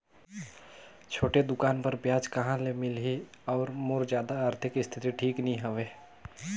छोटे दुकान बर ब्याज कहा से मिल ही और मोर जादा आरथिक स्थिति ठीक नी हवे?